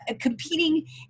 competing